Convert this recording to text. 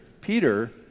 Peter